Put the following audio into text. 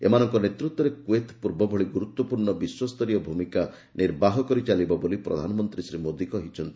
ଏମାନଙ୍କ ନେତୃତ୍ୱରେ କୁଏତ୍ ପୂର୍ବଭଳି ଗୁରୁତ୍ୱପୂର୍ଣ୍ଣ ବିଶ୍ୱସ୍ତରୀୟ ଭୂମିକା ନିର୍ବାହ କରିଚାଲିବ ବୋଲି ପ୍ରଧାନମନ୍ତ୍ରୀ ଶ୍ରୀ ମୋଦୀ କହିଛନ୍ତି